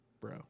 Bro